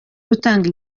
gutanga